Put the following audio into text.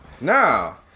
Now